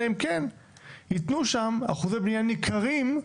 אלא אם כן יתנו שם אחוזי בנייה ניכרים,